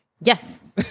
Yes